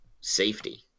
safety